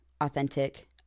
authentic